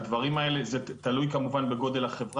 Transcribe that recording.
אבל כל מה שהוזכר פה גם לגבי הוצאת IP החוצה,